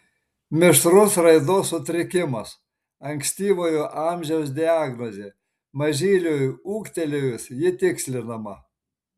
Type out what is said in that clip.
mišrus raidos sutrikimas ankstyvojo amžiaus diagnozė mažyliui ūgtelėjus ji tikslinama